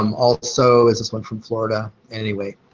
um also is this one from florida. anyway,